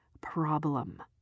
problem